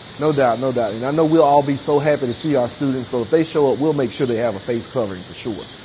no doubt. no doubt. and i know we'll all be so happy to see our students if they show up, we'll make sure they have a face covering for sure.